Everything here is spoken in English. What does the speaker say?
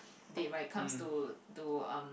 date right comes to to um